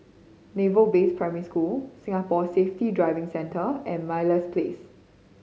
Naval Base Primary School Singapore Safety Driving Centre and Meyer Place